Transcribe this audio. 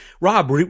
Rob